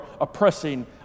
oppressing